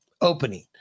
opening